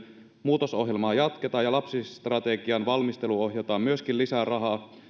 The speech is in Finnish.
muutosohjelmaa jatketaan ja lapsistrategian valmisteluun ohjataan myöskin lisää rahaa